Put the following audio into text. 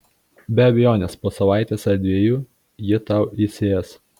be abejonės po savaitės ar dviejų ji tau įsiės